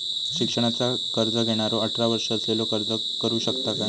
शिक्षणाचा कर्ज घेणारो अठरा वर्ष असलेलो अर्ज करू शकता काय?